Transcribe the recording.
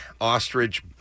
ostrich